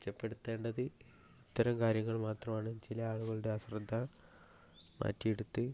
മെച്ചപ്പെടുത്തേണ്ടത് ഇത്തരം കാര്യങ്ങൾ മാത്രമാണ് ചില ആളുകളുടെ അശ്രദ്ധ മാറ്റിയെടുത്ത്